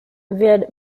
wird